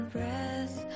breath